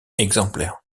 exemplaires